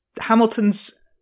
Hamilton's